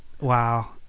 Wow